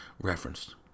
referenced